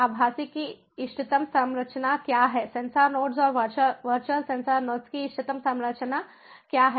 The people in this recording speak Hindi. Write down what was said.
आभासी की इष्टतम संरचना क्या है सेंसर नोड्स और वर्चुअल सेंसर नोड्स की इष्टतम संरचना क्या है